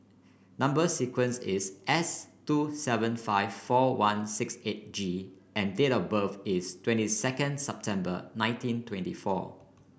number sequence is S two seven five four one six eight G and date of birth is twenty second September nineteen twenty four